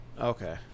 okay